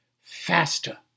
faster